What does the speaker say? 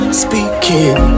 speaking